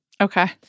Okay